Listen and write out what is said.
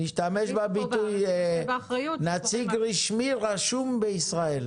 נשתמש בביטוי נציג רשמי רשום בישראל.